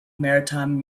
maritime